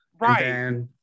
Right